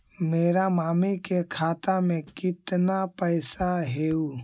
मेरा मामी के खाता में कितना पैसा हेउ?